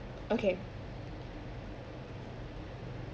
okay